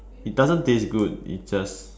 it doesn't taste good it just